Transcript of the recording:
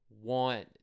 want